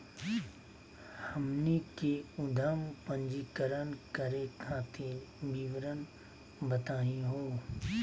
हमनी के उद्यम पंजीकरण करे खातीर विवरण बताही हो?